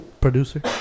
producer